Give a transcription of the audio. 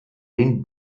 den